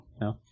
no